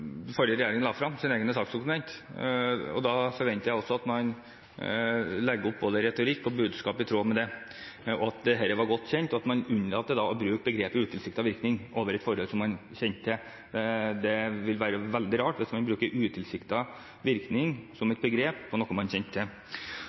forrige regjering la frem – sine egne saksdokumenter. Da forventer jeg også at man legger opp både retorikk og budskap i tråd med at dette var godt kjent, og at man unnlater å bruke begrepet «utilsiktede konsekvenser» om et forhold som man kjente til. Det vil være veldig rart hvis man bruker begrepet «utilsiktede konsekvenser» om noe man kjente til.